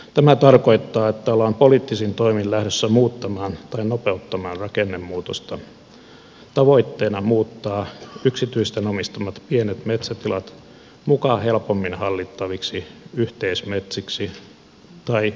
tämä tarkoittaa että ollaan poliittisin toimin lähdössä muuttamaan tai nopeuttamaan rakennemuutosta tavoitteena muuttaa yksityisten omistamat pienet metsätilat muka helpommin hallittaviksi yhteismetsiksi tai yhtiöiden hallintaan